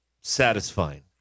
satisfying